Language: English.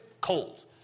cold